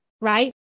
right